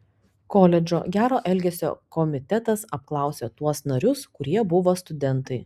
koledžo gero elgesio komitetas apklausė tuos narius kurie buvo studentai